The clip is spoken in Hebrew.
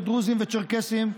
דרוזים וצ'רקסים,